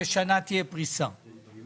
ושתינתן פריסה של שנה.